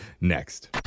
next